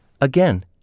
Again